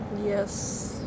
Yes